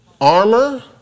armor